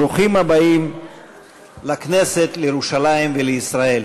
ברוכים הבאים לכנסת, לירושלים ולישראל.